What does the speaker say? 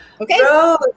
Okay